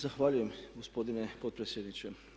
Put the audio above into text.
Zahvaljujem se gospodine potpredsjedniče.